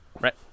Right